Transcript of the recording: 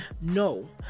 No